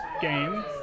game